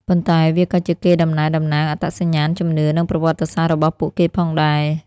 ប៉ុន្តែវាក៏ជាកេរដំណែលតំណាងអត្តសញ្ញាណ ជំនឿ និងប្រវត្តិសាស្ត្ររបស់ពួកគេផងដែរ។